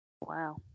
Wow